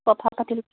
কথা পাতি